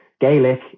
Gaelic